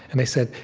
and they said,